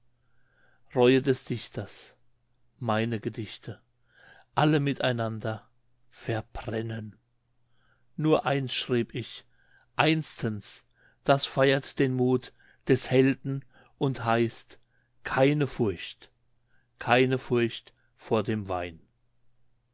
reue des dichters meine gedichte alle miteinander verbrennen nur eines schrieb ich einstens das feiert den mut des helden und heißt keine furcht keine furcht vor dem wein